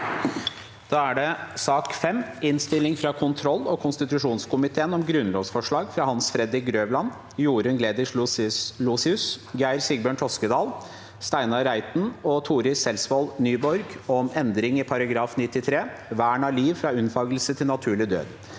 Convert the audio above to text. Sak nr. 5 Innstilling fra kontroll- og konstitusjonskomiteen om Grunnlovsforslag fra Hans Fredrik Grøvan, Jorunn Gle- ditsch Lossius, Geir Sigbjørn Toskedal, Steinar Reiten og Torill Selsvold Nyborg om endring i § 93 (vern av liv fra unnfangelse til naturlig død)